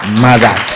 mother